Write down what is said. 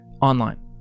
online